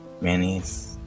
Manny's